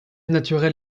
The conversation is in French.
naturel